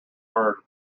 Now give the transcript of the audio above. bird